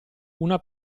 una